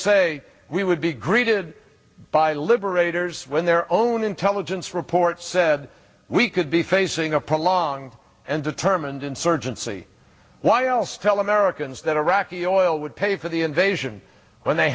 say we would be greeted by liberators when their own intelligence report said we could be facing a prolong and determined insurgency why else tell americans that iraqi oil would pay for the invasion when they